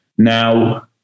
Now